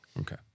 Okay